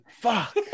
Fuck